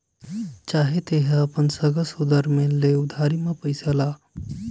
चाहे तेंहा अपन सगा सोदर मेरन ले उधारी म पइसा ला